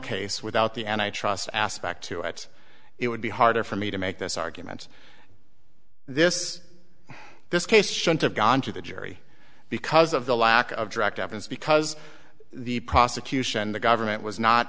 case without the and i trust aspect to it it would be harder for me to make this argument this this case should have gone to the jury because of the lack of direct evidence because the prosecution the government was not